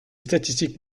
statistiques